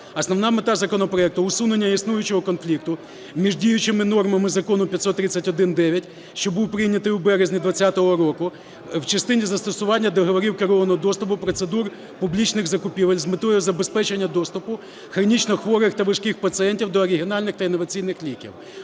Основна мета законопроекту – усунення існуючого конфлікту між діючими нормами Закону 531-IX, що був прийнятий у березні 2020 року, в частині застосування договорів керованого доступу процедур публічних закупівель, з метою забезпечення доступу хронічно хворих та важких пацієнтів до оригінальних та інноваційних ліків.